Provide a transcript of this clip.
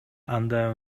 анда